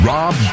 Rob